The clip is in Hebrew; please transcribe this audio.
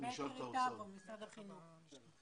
נשאל